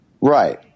Right